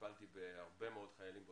טיפלתי בהרבה מאוד חיילים בודדים.